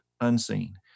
unseen